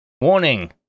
Warning